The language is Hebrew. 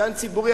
גן ציבורי,